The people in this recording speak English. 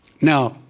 Now